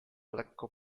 lekko